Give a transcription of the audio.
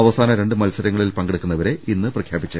അവസാന രണ്ട് മത്സരങ്ങളിൽ പങ്കെടുക്കുന്നവരെ ഇന്ന് പ്രഖ്യാ പിച്ചേക്കും